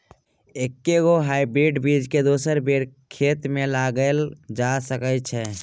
एके गो हाइब्रिड बीज केँ दोसर बेर खेत मे लगैल जा सकय छै?